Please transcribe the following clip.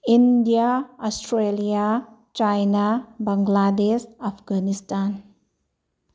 India Australia China Bangladesh Afghanistan